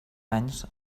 anys